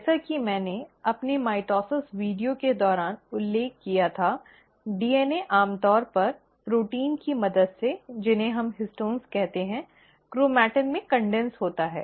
जैसा कि मैंने अपने माइटोसिस वीडियो के दौरान उल्लेख किया था डीएनए आमतौर पर प्रोटीन की मदद से जिन्हें हम हिस्टोन कहते हैं क्रोमेटिन में संघनित होता है